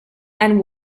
and